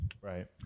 Right